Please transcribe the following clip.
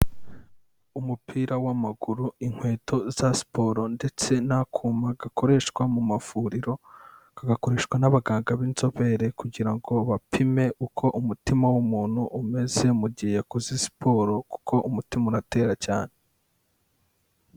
Umupira w'amaguru inkweto za siporo ndetse n'akuma gakoreshwa mu mavuriro, kagakoreshwa n'abaganga b'inzobere kugira ngo bapime uko umutima w'umuntu umeze mu gihe yakoze siporo kuko umutima uratera cyane.